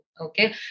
Okay